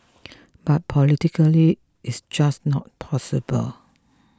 but politically it's just not possible